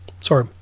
sorry